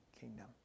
kingdom